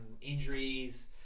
injuries